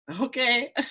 Okay